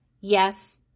yes